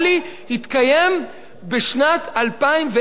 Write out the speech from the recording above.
התקיים בשנת 2010,